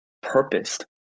purposed